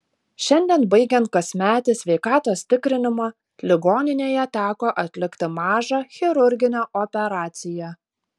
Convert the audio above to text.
šiandien baigiant kasmetį sveikatos tikrinimą ligoninėje teko atlikti mažą chirurginę operaciją